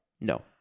No